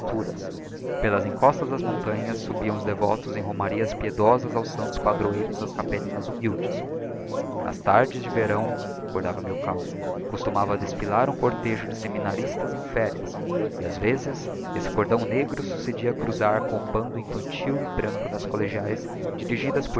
atalaia pelas encostas das montanhas subiam os devotos em romarias piedosas aos santos padroeiros das capellinhas humildes nas tardes de verão recordava milkau costumava desfilar um cortejo de seminaristas em férias e ás vezes esse cordão negro succedia cruzar com o bando infantil e branco das collegiaes dirigidas